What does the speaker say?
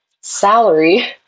salary